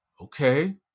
okay